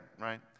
right